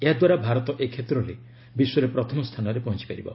ଏହାଦ୍ୱାରା ଭାରତ ଏ କ୍ଷେତ୍ରରେ ବିଶ୍ୱରେ ପ୍ରଥମ ସ୍ଥାନରେ ପହଞ୍ଚିପାରିବ